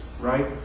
Right